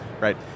right